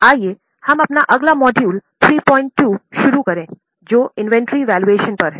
आइए हम अपना अगला मॉड्यूल 32 शुरू करें जो इन्वेंटरी वैल्यूएशन पर है